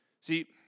See